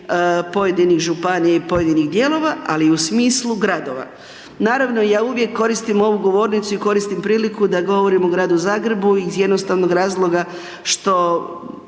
pojedinih županija i pojedinih dijelova ali i u smislu gradova. Naravno ja uvijek koristim ovu govornicu i koristim priliku da govorim u gradu Zagrebu iz jednostavnog razloga što